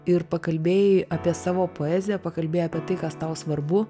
ir pakalbėjai apie savo poeziją pakalbėjai apie tai kas tau svarbu